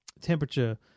temperature